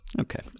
Okay